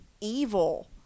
evil